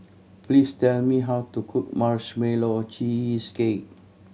please tell me how to cook Marshmallow Cheesecake